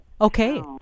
okay